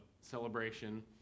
celebration